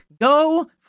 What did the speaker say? Go